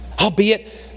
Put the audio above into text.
Albeit